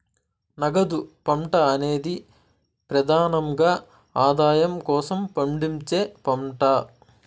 నగదు పంట అనేది ప్రెదానంగా ఆదాయం కోసం పండించే పంట